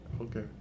okay